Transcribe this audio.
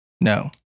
No